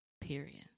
Period